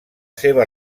seva